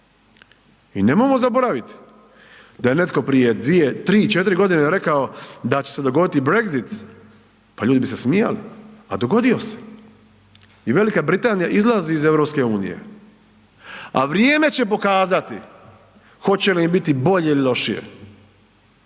i nemojmo zaboraviti da je netko prije 2, 3, 4.g. rekao da će se dogoditi brexit, pa ljudi bi se smijali, a dogodio se i Velika Britanija izlazi iz EU, a vrijeme će pokazati hoće li im biti bolje ili lošije,